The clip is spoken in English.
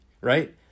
Right